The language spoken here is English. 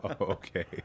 Okay